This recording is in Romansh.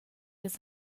ils